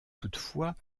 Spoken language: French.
toutefois